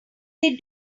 they